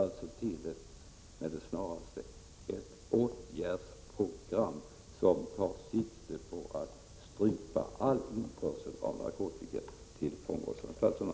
Vi måste med det snaraste få ett åtgärdsprogram som tar sikte på att strypa all införsel av narkotika till fångvårdsanstalterna.